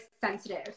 sensitive